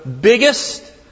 biggest